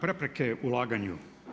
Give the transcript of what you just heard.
Prepreke ulaganju.